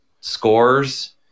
scores